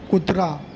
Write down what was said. कुत्रा